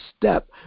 step